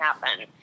happen